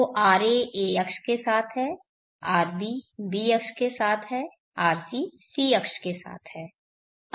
तो ra a अक्ष के साथ है rb b अक्ष के साथ है rc c अक्ष के साथ है